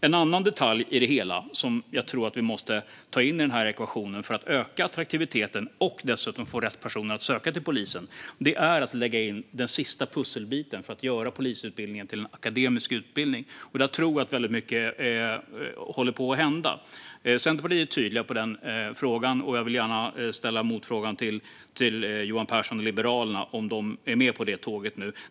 En annan detalj i det hela som jag tror att vi måste ta in i den här ekvationen för att öka attraktiviteten och dessutom få rätt personer att söka till polisen är att lägga in den sista pusselbiten för att göra polisutbildningen till en akademisk utbildning. Där tror jag att väldigt mycket håller på att hända. Centerpartiet är tydligt gällande den frågan, och jag vill gärna ställa motfrågan till Johan Pehrson från Liberalerna om de är med på det tåget nu.